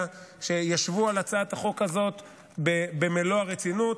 שישבו על הצעת החוק הזאת במלוא הרצינות,